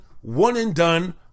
one-and-done